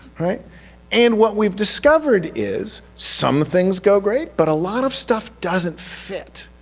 and what we've discovered is some things go great, but a lot of stuff doesn't fit.